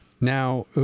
Now